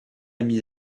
mis